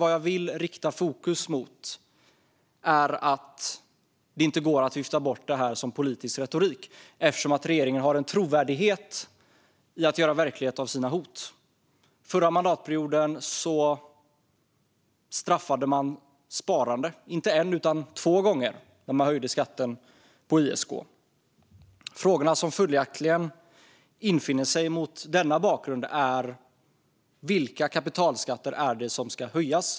Vad jag vill rikta fokus mot är att det inte går att vifta bort detta som politisk retorik, eftersom regeringen har en trovärdighet när det gäller att göra verklighet av hot. Under förra mandatperioden bestraffade man sparande inte en utan två gånger genom att höja skatten på ISK. Frågorna som infinner sig mot denna bakgrund är: Vilka kapitalskatter är det som ska höjas?